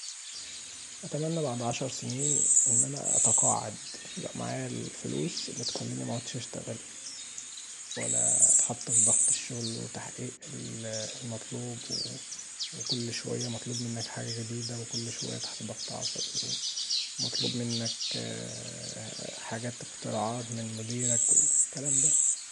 أتمني بعد عشر سنين أتقاعد، يبقي معايا الفلوس اللي تخليني معتدش اشتغل، ولا اتحط في ضغط الشغل وتحقيق المطلوب، كل شويه مطلوب منك حاجه جديده وكل شويه تحت ضغط عصبي، مطلوب منك حاجات اختراعات من مديرك والكلام دا.